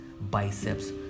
biceps